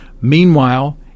Meanwhile